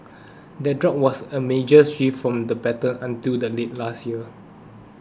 that drop was a major shift from the pattern until late last year